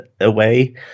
away